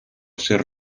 ser